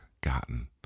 gotten